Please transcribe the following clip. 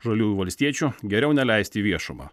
žaliųjų valstiečių geriau neleisti į viešumą